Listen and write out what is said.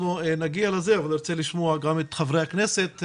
נגיע לזה, אבל ארצה לשמוע גם את חברי הכנסת.